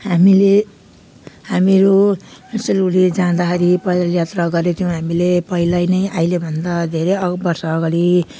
हामीले हामीहरू सिलगढी जाँदाखेरि पैदल यात्रा गरेँथ्यौँ हामीले पहिल्यै नै अहिलेभन्दा धेरै बर्षअगाडि